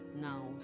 now